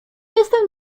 jestem